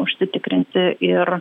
užsitikrinti ir